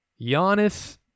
Giannis